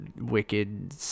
wicked